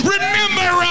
Remember